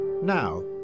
Now